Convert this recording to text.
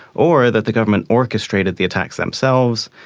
or that the government orchestrated the attacks themselves,